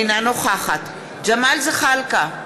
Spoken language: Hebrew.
אינה נוכחת ג'מאל זחאלקה,